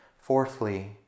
Fourthly